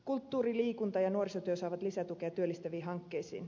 kulttuuri liikunta ja nuorisotyö saavat lisätukea työllistäviin hankkeisiin